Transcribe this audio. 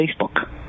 Facebook